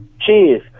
Cheers